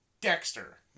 Dexter